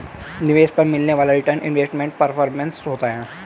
निवेश पर मिलने वाला रीटर्न इन्वेस्टमेंट परफॉरमेंस होता है